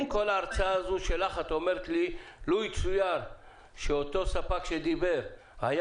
מכל ההרצאה הזו שלך את אומרת לי שלו יצוייר שאותו ספק שדיבר היה